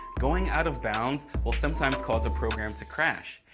going out of bounds will sometimes cause programs to crash.